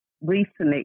recently